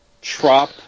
Trop